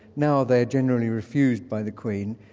now they're generally refused by the queen,